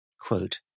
Quote